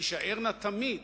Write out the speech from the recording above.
תישארנה תמיד,